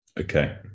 Okay